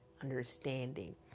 Understanding